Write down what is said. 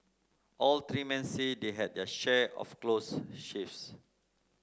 all three men say they had their share of close shaves